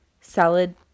Salad